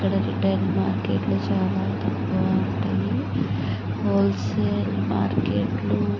ఇక్కడ రిటైల్ మార్కెట్లో చాలా ఎక్కువ ఉంటాయి హోల్సేల్ మార్కెట్లు